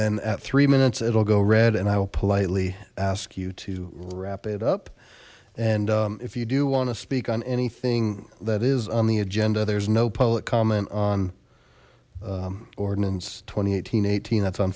then at three minutes it'll go red and i will politely ask you to wrap it up and if you do want to speak on anything that is on the agenda there's no public comment on ordinance twenty eighteen eighteen that's on